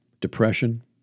depression